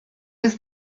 was